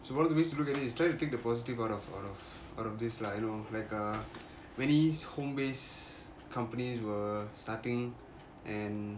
so one of the ways to look at is to try to take the positive out of out of out of this lah like err you know many home based companies were starting and